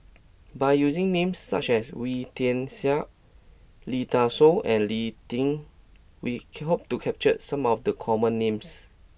by using names such as Wee Tian Siak Lee Dai Soh and Lee Tjin we hope to capture some of the common names